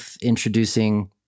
introducing